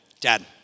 dad